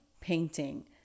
painting